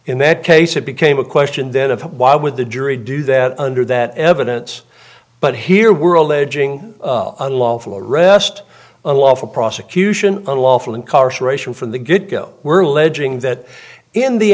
in that case it became a question then of why would the jury do that under that evidence but here we're alleging unlawful arrest unlawful prosecution unlawful incarceration from the get go were alleging that in the